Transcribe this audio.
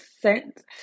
sent